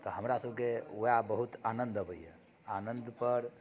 तऽ हमरा सभकेँ ओएह बहुत आनंद अबैया आनंद पर